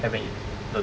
haven't eaten